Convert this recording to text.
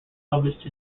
published